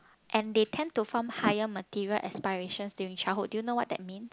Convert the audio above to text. and they tend to form higher material aspirations during childhood do you know what that means